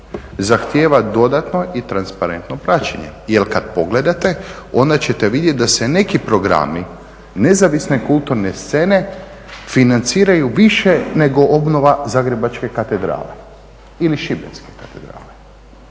zahtjeva dodatno i transparentno praćenje. Jer kad pogledate onda ćete vidjeti da se neki programi nezavisne kulturne scene financiraju više nego obnova Zagrebačke katedrale ili Šibenske katedrale